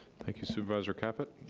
thank you, supervisor caput.